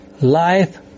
life